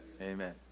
amen